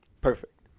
Perfect